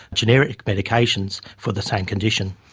generic medications for the same condition.